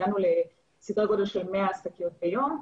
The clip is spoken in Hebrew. והגענו לסדרי גודל של 100 שקיות ביום,